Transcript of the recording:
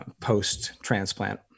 post-transplant